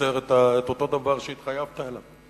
לייצר את אותו דבר שהתחייבת אליו,